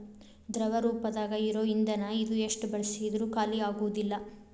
ದ್ರವ ರೂಪದಾಗ ಇರು ಇಂದನ ಇದು ಎಷ್ಟ ಬಳಸಿದ್ರು ಖಾಲಿಆಗುದಿಲ್ಲಾ